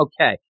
Okay